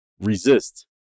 resist